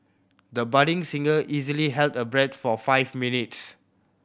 the budding singer easily held her breath for five minutes